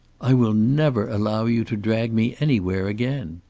i will never allow you to drag me anywhere again.